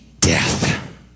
death